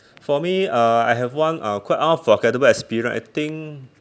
for me uh I have one uh quite unforgettable experience I think